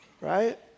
Right